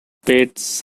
beds